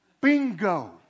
Bingo